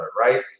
right